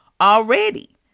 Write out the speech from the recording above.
already